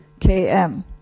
Km